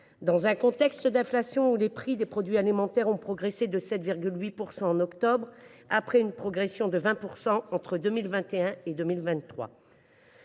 époque de forte inflation, les prix des produits alimentaires ayant progressé de 7,8 % en octobre, après une progression de 20 % entre 2021 et 2023.